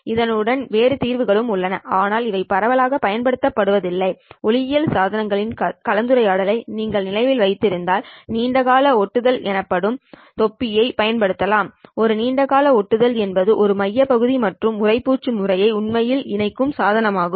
இதனுடன் வேறு தீர்வுகளும் உள்ளன ஆனால் இவை பரவலாக பயன்படுத்தப்படவில்லை ஒளியியல் சாதனங்களின் கலந்துரையாடலை நீங்கள் நினைவில் வைத்திருந்தால் நீண்ட கால ஒட்டுதல் எனப்படும் தொப்பியை பயன்படுத்தலாம் இந்த நீண்ட கால ஒட்டுதல் என்பது ஒரு மைய பாகம் மற்றும் உறைப்பூச்சு முறைகளை உண்மையில் இணைக்கும் சாதனமாகும்